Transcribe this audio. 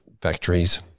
factories